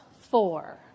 four